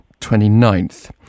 29th